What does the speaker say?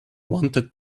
wanted